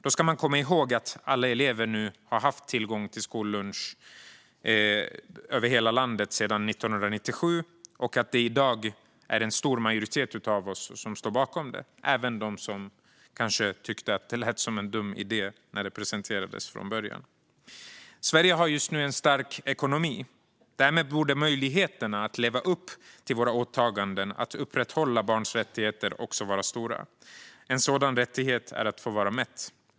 Då ska man komma ihåg att alla elever i hela landet har haft tillgång till skollunch sedan 1997 och att det i dag är en stor majoritet av oss som står bakom detta - även de som kanske tyckte att det lät som en dum idé när det först presenterades. Sverige har just nu en stark ekonomi. Därmed borde möjligheterna att leva upp till våra åtaganden att upprätthålla barns rättigheter också vara stora. En sådan rättighet är att få vara mätt.